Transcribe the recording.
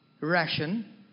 ration